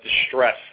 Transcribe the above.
distress